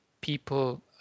people